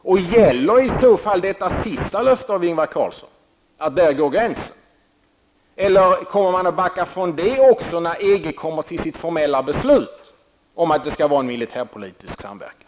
Och gäller i så fall detta sista löfte som Ingvar Carlsson har gett, dvs. att gränsen går där, eller kommer socialdemokraterna även att backa från detta löfte när EG fattar sitt formella beslut om att det skall råda en militärpolitisk samverkan?